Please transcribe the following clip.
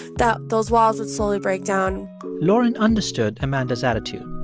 that those walls would slowly break down lauren understood amanda's attitude.